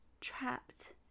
trapped